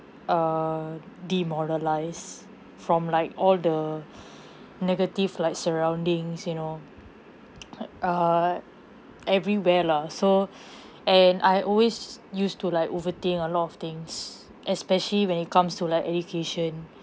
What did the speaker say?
err demoralise from like all the negative like surroundings you know like err everywhere lah so and I always used to like overthink a lot of things especially when it comes to like education